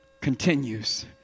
continues